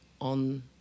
on